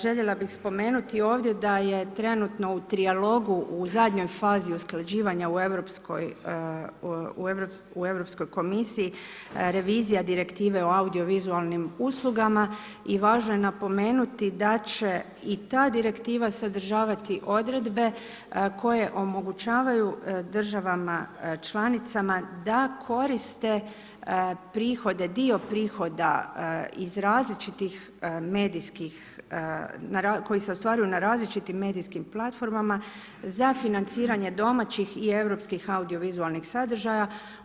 Željela bih spomenuti ovdje da je trenutno u trijalogu u zadnjoj fazi usklađivanja u Europskoj komisiji revizija Direktive o audiovizualnim uslugama i važno je napomenuti da će i ta direktiva sadržavati odredbe koje omogućavaju državama članicama da koriste prihode, dio prihoda iz različitih medijskih koji se ostvaruju na različitim medijskim platformama za financiranje domaćih i europskih audiovizualnih sadržaja.